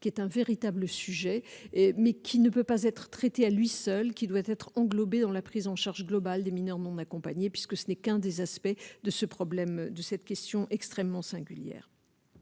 qui est un véritable sujet et mais qui ne peut pas être traité à lui seul qui doit être englobés dans la prise en charge globale des mineurs non accompagnés, puisque ce n'est qu'un des aspects de ce problème de cette question extrêmement singulière.